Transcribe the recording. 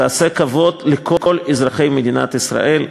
תעשה כבוד לכל אזרחי מדינת ישראל.